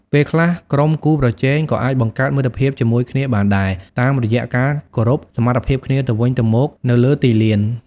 ពេលខ្លះ ក្រុមគូប្រជែងក៏អាចបង្កើតមិត្តភាពជាមួយគ្នាបានដែរ តាមរយៈការគោរពសមត្ថភាពគ្នាទៅវិញទៅមកនៅលើទីលាន។